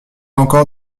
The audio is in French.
encore